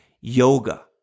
yoga